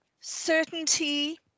certainty